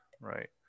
right